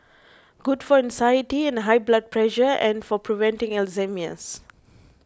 good for anxiety and high blood pressure and for preventing Alzheimer's